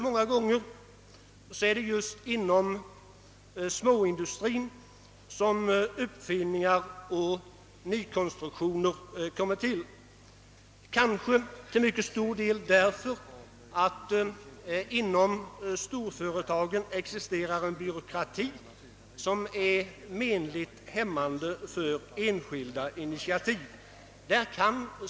Många gånger är det just inom småindustrin som uppfinningar och nykonstruktioner kommer till, kanske till mycket stor del beroende på att det inom storföretagen existerar en byråkrati som verkar hämmande på enskilda initiativ.